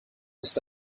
ist